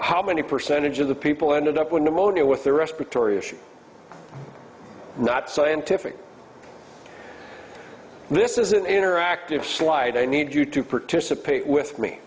how many percentage of the people ended up with pneumonia with the respiratory issue not scientific this is an interactive slide i need you to participate with me